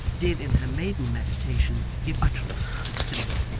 did, in her maiden meditation, give utterance to the simile.